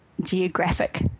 geographic